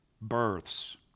Births